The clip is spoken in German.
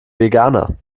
veganer